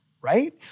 Right